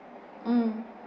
mm